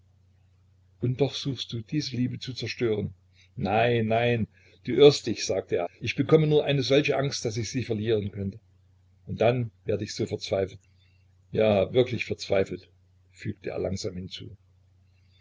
und doch suchst du diese liebe zu zerstören nein nein du irrst dich sagte er eifrig ich bekomme nur eine solche angst daß ich sie verlieren könnte und dann werd ich so verzweifelt ja wirklich verzweifelt fügte er langsam hinzu